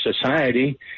society